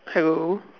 hello